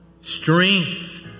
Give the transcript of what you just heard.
Strength